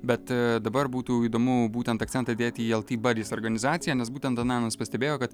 bet dabar būtų įdomu būtent akcentą dėti į el ti badis organizaciją nes būtent antanas pastebėjo kad